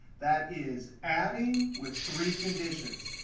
that is adding with three conditions.